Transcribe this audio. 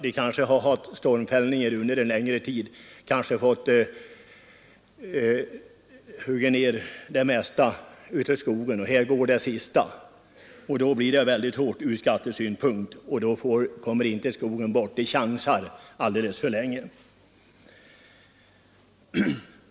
En skogsägare har kanske haft stormfällning under längre tid och fått hugga ned det mesta av skogen; sedan går det sista åt genom insektsangrepp. Eftersom beskattningen under sådana förhållanden blir mycket hård fäller skogsägaren inte den angripna skogen utan chansar alldeles för länge.